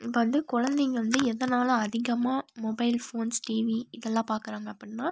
இப்போ வந்து குழந்தைங்க வந்து எதனால் அதிகமாக மொபைல் ஃபோன்ஸ் டிவி இதெல்லாம் பாக்கிறாங்க அப்பிடின்னா